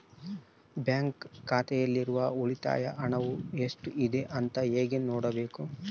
Bank ಖಾತೆಯಲ್ಲಿರುವ ಉಳಿತಾಯ ಹಣವು ಎಷ್ಟುಇದೆ ಅಂತ ಹೇಗೆ ನೋಡಬೇಕು?